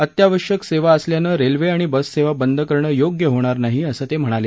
अत्यावश्यक सेवा असल्यानं रेल्वे आणि बससेवा बंद करणं योग्य होणार नाही असं ते म्हणाले